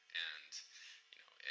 and you know,